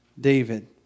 David